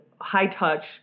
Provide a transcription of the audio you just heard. high-touch